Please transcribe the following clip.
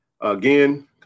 again